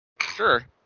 Sure